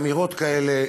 אמירות כאלה,